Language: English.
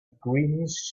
greenish